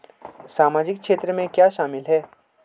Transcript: सामाजिक क्षेत्र में क्या शामिल है?